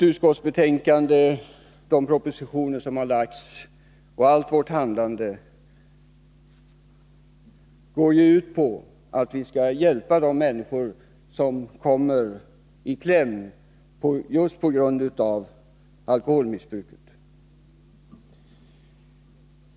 Utskottsbetänkandet, de propositioner som har lagts fram och allt vårt handlande går ju ut på att vi skall hjälpa de människor som kommit i kläm just på grund av alkoholmissbruk.